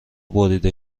بریده